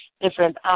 different